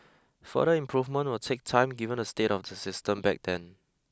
further improvement will take time given the state of the system back then